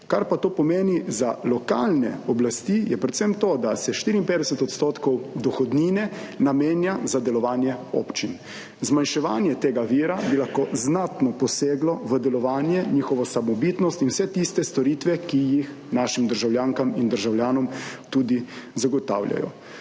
Kar pa to pomeni za lokalne oblasti, je predvsem to, da se 54 odstotkov dohodnine namenja za delovanje občin. Zmanjševanje tega vira bi lahko znatno poseglo v delovanje, njihovo samobitnost in vse tiste storitve, ki jih našim državljankam in državljanom tudi zagotavljajo.